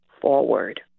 forward